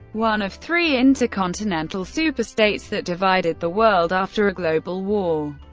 one of three inter-continental superstates that divided the world after a global war.